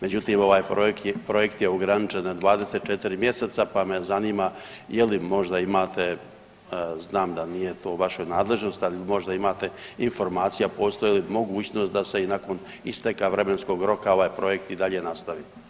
Međutim, ovaj projekt je ograničen na 24 mjeseca pa me zanima je li možda imate znam da to nije u vašoj nadležnosti, ali možda imate informacija postoji li mogućnost da se i nakon isteka vremenskog roka ovaj projekt i dalje nastavi?